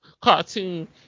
cartoon